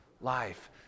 life